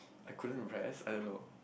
I couldn't rest I don't know